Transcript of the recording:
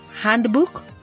handbook